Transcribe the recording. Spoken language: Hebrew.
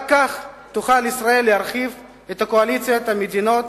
רק כך תוכל ישראל להרחיב את קואליציית המדינות